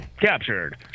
captured